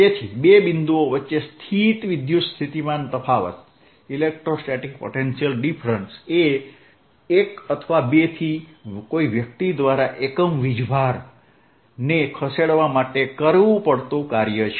તેથી બે બિંદુઓ વચ્ચે સ્થિત વિદ્યુત સ્થિતિમાન તફાવત એ 1 અથવા 2 થી કોઈ વ્યક્તિ દ્વારા એકમ વીજભાર ને ખસેડવા માટે કરવું પડતું કાર્ય છે